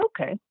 okay